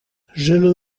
zullen